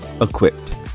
equipped